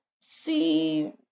see